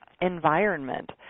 environment